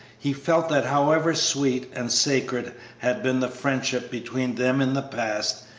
he felt that however sweet and sacred had been the friendship between them in the past,